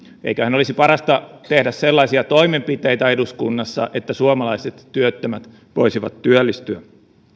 eiköhän olisi parasta tehdä sellaisia toimenpiteitä eduskunnassa että suomalaiset työttömät voisivat työllistyä